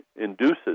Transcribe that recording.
induces